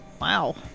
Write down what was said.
wow